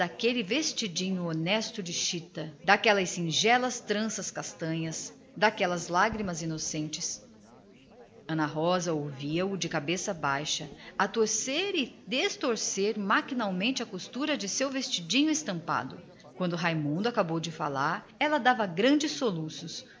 daquele vestidinho honesto de chita daquelas singelas tranças castanhas daquelas lágrimas inocentes ana rosa ouviu-o de cabeça baixa sem uma palavra com o rosto escondido no lenço quando raimundo acabou de falar ela dava grandes soluços